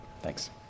Thanks